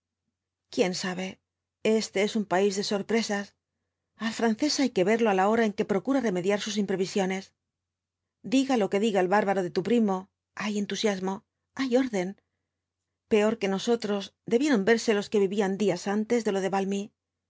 quién sabe este es un país de sorpresas al francés hay que verlo á la hora en que procura remediar sus imprevisiones diga lo que diga el bárbaro de tu primo hay entusiasmo hay orden peor que nosotros debie v blasoo ibáñbz ron verse los que vivían días antes de lo de